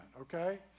okay